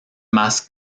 más